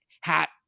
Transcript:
hat